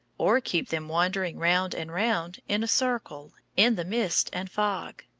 or keep them wandering round and round in a circle, in the mist and fog.